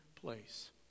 place